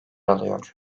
alıyor